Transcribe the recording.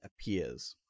appears